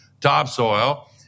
topsoil